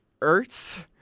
Ertz